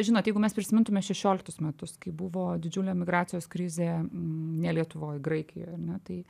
žinot jeigu mes prisimintume šešioliktus metus kai buvo didžiulė migracijos krizė ne lietuvoj graikijoj ar ne tai